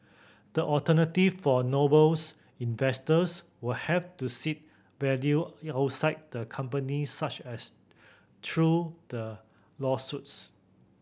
the alternative for Noble's investors will have to seek value outside the company such as through the lawsuits